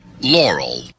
Laurel